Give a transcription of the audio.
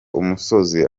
umusozi